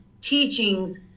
teachings